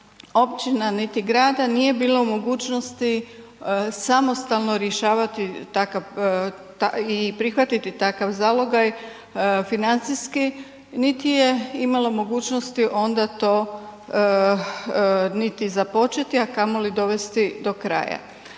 općina niti grada nije bila u mogućnosti samostalno rješavati takav i prihvatiti takav zalogaj financijski niti je imalo mogućnosti onda to niti započeti a kamoli dovesti do kraja.